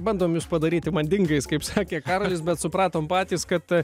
bandom jus padaryti madingais kaip sakė karolis bet supratom patys kad